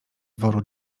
woru